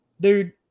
dude